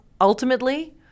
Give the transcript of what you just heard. ultimately